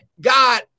God